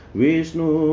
vishnu